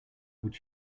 would